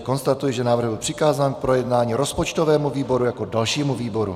Konstatuji, že návrh byl přikázán k projednání rozpočtovému výboru jako dalšímu výboru.